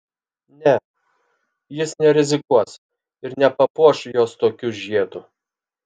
ne jis nerizikuos ir nepapuoš jos tokiu žiedu